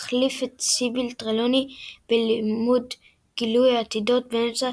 מחליף את סיביל טרלוני בלימוד גילוי עתידות באמצע